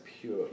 pure